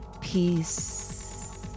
peace